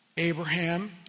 Abraham